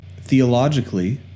Theologically